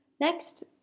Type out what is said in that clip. Next